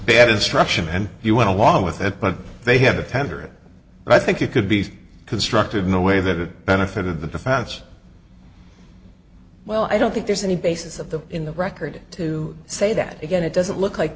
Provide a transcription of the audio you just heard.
bad instruction and you went along with it but they have a temper but i think it could be constructive no way that it benefited the defense well i don't think there's any basis of the in the record to say that again it doesn't look like